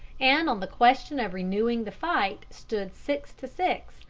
and on the question of renewing the fight stood six to six,